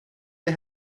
der